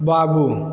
बाबू